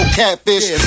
catfish